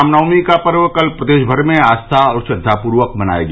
राम नवमी का पर्व कल प्रदेश भर में आस्था और श्रद्वापूर्वक मनाया गया